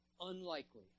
unlikely